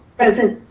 present.